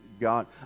God